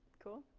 cool,